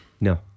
No